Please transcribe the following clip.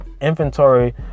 inventory